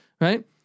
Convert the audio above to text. right